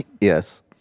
Yes